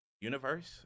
universe